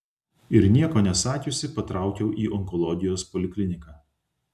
ir nieko nesakiusi patraukiau į onkologijos polikliniką